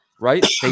right